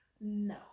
No